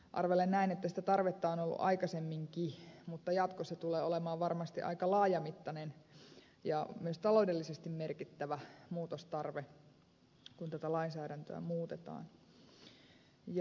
arvelen että sitä tarvetta on ollut aikaisemminkin mutta jatkossa tulee olemaan varmasti aika laajamittainen ja myös taloudellisesti merkittävä muutostarve kun tätä lainsäädäntöä muutetaan